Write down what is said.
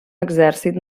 exèrcit